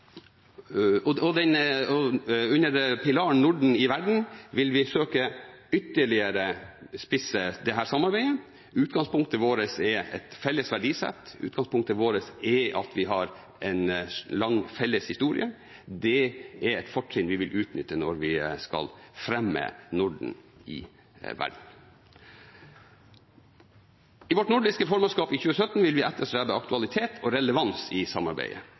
verden» vil vi søke ytterligere å spisse dette samarbeidet. Utgangspunktet vårt er et felles verdisett, at vi har en lang felles historie, og det er fortrinn vi vil utnytte når vi skal fremme Norden i verden. I vårt nordiske formannskap i 2017 vil vi etterstrebe aktualitet og relevans i samarbeidet.